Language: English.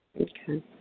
Okay